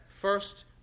first